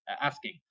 asking